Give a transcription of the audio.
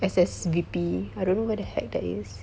S_S_V_P I don't know where the heck that is